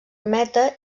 meta